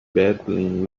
battling